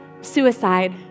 suicide